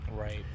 Right